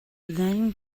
then